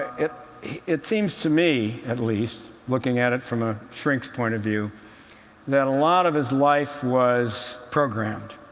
it it seems to me, at least looking at it from a shrink's point of view that a lot of his life was programmed.